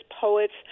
poets